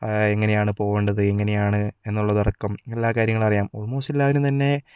എങ്ങനെയാണ് പോവേണ്ടത് എങ്ങനെയാണ് എന്നുള്ളതടക്കം എല്ലാ കാര്യങ്ങളും അറിയാം ആൾമോസ്റ്റ് എല്ലാവരും തന്നെ